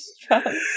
strong